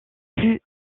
plus